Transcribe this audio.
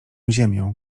ziemią